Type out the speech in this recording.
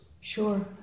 Sure